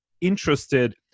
interested